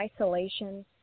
isolation